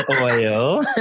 oil